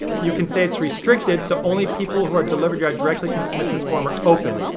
you can say it's restricted so only people who are delivered your ad directly can submit this form, or open.